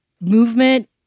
movement